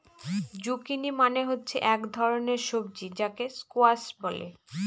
zucchini মানে হল এক ধরনের সবজি যাকে স্কোয়াশ বলে